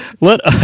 let